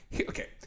Okay